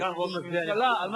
כסגן ראש הממשלה,